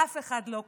אף אחד לא קם.